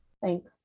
Thanks